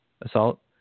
assault